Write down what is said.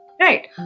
Right